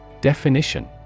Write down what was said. Definition